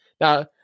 now